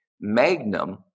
Magnum